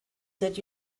that